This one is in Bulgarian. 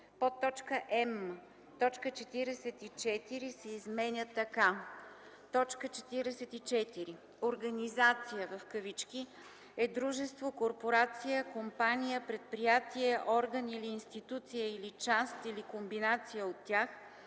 от нея.”; м) точка 44 се изменя така: „44. „Организация" е дружество, корпорация, компания, предприятие, орган или институция или част, или комбинация от тях,